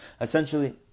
Essentially